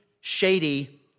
shady